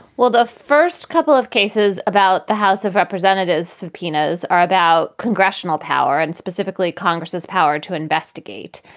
well, the first couple of cases about the house of representatives subpoenas are about congressional power and specifically congress's power to investigate.